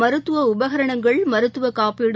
மருத்துவஉபகரணங்கள் மருத்துவக் காப்பீடு